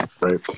Right